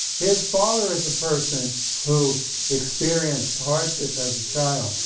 his father is the person who experienced hardship as a child,